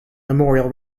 memorial